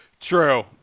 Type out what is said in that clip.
True